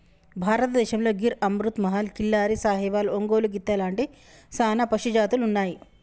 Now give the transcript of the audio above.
భారతదేసంతో గిర్ అమృత్ మహల్, కిల్లారి, సాహివాల్, ఒంగోలు గిత్త లాంటి సానా పశుజాతులు ఉన్నాయి